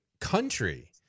country